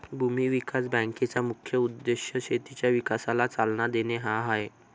भूमी विकास बँकेचा मुख्य उद्देश शेतीच्या विकासाला चालना देणे हा आहे